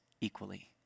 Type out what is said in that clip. equally